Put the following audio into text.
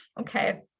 okay